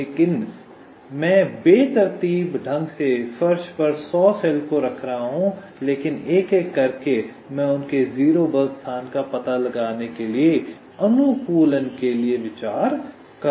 इसलिए मैं बेतरतीब ढंग से फर्श पर 100 सेल को रख रहा हूं लेकिन एक एक करके मैं उनके 0 बल स्थान का पता लगाने के लिए अनुकूलन के लिए विचार कर रहा हूं